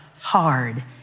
hard